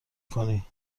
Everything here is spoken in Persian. کنی